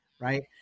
right